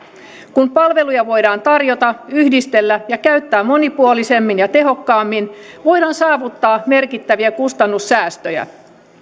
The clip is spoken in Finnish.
kun palveluja voidaan tarjota yhdistellä ja käyttää monipuolisemmin ja tehokkaammin voidaan saavuttaa merkittäviä kustannussäästöjä